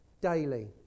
daily